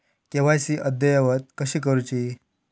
KYC अद्ययावत कशी करुची?